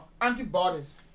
antibodies